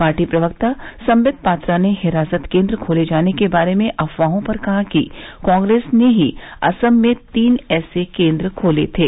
party प्रवक्ता संबित पात्रा ने हिरासत केन्द्र खोले जाने के बारे में अफवाहों पर कहा कि कांग्रेस ने ही असम में तीन ऐसे केन्द्र खोले थे